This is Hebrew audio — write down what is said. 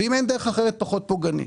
ואם אין דרך אחרת פחות פוגענית.